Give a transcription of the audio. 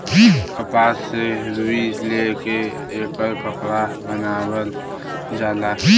कपास से रुई ले के एकर कपड़ा बनावल जाला